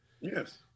Yes